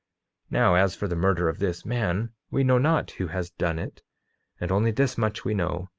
now, as for the murder of this man, we know not who has done it and only this much we know,